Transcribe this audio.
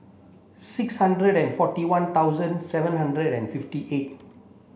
six hundred and forty one thousand seven hundred and fifty eight